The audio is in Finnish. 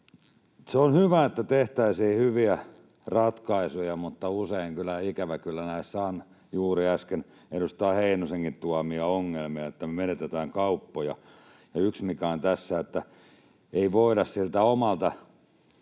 Se on hyvä, että tehtäisiin hyviä ratkaisuja, mutta usein ikävä kyllä näissä on juuri äsken edustaja Heinosenkin tuomia ongelmia, että me menetetään kauppoja. Yksi, mikä tässä on, on, että ei voida siltä omalta